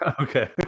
Okay